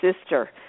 sister